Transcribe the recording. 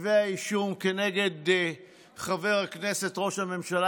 כתבי האישום כנגד חבר הכנסת ראש הממשלה